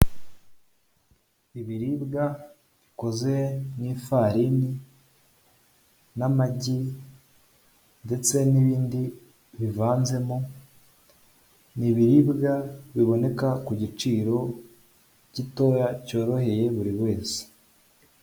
Ibiribwa bikoze mu ifarini, n'amagi, ndetse n'ibindi bivanzemo, ni ibiribwa biboneka ku giciro gitoya cyoroheye buri wese.